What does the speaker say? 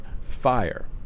fire